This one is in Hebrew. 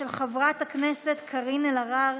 של חברת הכנסת קארין אלהרר.